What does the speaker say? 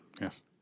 Yes